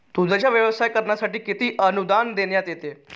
दूधाचा व्यवसाय करण्यासाठी किती अनुदान देण्यात येते?